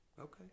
Okay